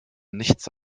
nichts